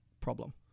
problem